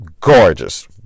gorgeous